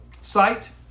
site